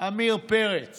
עמיר פרץ